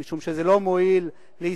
משום שזה לא מועיל לישראל.